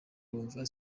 bumva